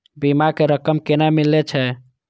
बीमा के रकम केना मिले छै?